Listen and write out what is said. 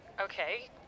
Okay